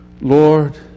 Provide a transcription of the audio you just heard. Lord